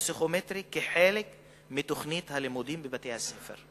הפסיכומטרי כחלק מתוכנית הלימודים בבתי-הספר.